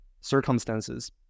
circumstances